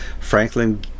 Franklin